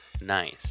Nice